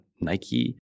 Nike